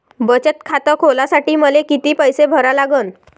बचत खात खोलासाठी मले किती पैसे भरा लागन?